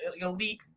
elite